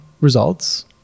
results